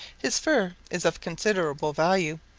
his fur is of considerable value,